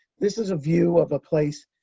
this is a view of a place.